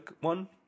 one